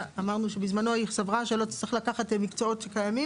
אמרנו שבזמנו הוועדה סברה שצריך לקחת מקצועות קיימים